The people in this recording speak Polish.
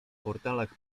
portalach